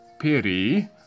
Perry